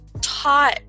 taught